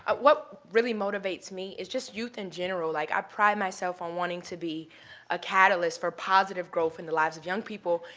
ah what really motivates me is just youth in general. like, i pride myself in um wanting to be a catalyst for positive growth in the lives of young people.